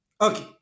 Okay